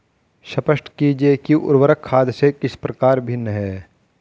स्पष्ट कीजिए कि उर्वरक खाद से किस प्रकार भिन्न है?